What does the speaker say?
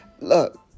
Look